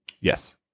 Yes